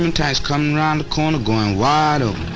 um tanks coming round the corner, going wide over.